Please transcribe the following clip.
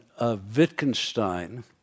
Wittgenstein